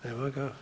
Nema ga.